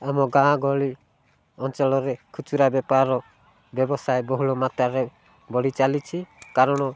ଆମ ଗାଁ ଗହଳି ଅଞ୍ଚଳରେ ଖୁଚୁରା ବେପାର ବ୍ୟବସାୟ ବହୁଳ ମାତ୍ରାରେ ବଢ଼ି ଚାଲିଛି କାରଣ